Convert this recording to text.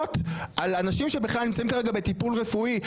אנשים שבכלל נמצאים כרגע בטיפול רפואי.